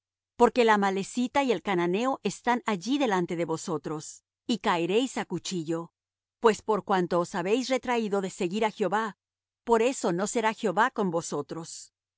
porque el amalecita y el cananeo están allí delante de vosotros y caeréis á cuchillo pues por cuanto os habéis retraído de seguir á jehová por eso no será jehová con vosotros